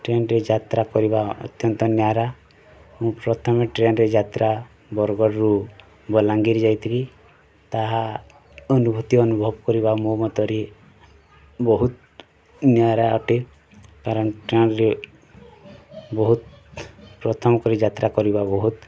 ଟ୍ରେନ୍ଟି ଯାତ୍ରା କରିବା ଅତ୍ୟନ୍ତ ନିଆରା ମୁଁ ପ୍ରଥମେ ଟ୍ରେନ୍ରେ ଯାତ୍ରା ବରଗଡ଼ରୁ ବଲାଙ୍ଗୀର ଯାଇଥିଲି ତାହା ଅନୁଭୂତି ଅନୁଭବ କରିବା ମୋ ମତରେ ବହୁତ ନିଆରା ଅଟେ କାରଣ ଟ୍ରେନ୍ରେ ବହୁତ ପ୍ରଥମ କରି ଯାତ୍ରା କରିବା ବହୁତ